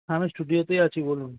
হ্যাঁ আমি স্টুডিওতেই আছি বলুন